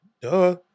Duh